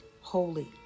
holy